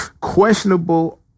questionable